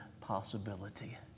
possibility